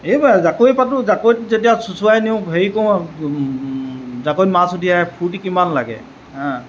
এইবা জাকৈ পাতো জাকৈ যেতিয়া চোচুই নিওঁ হেৰি কৰোঁ জাকৈত মাছ উঠি আহে ফূৰ্ত্তি কিমান লাগে